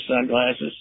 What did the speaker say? sunglasses